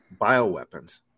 bioweapons